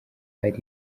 hari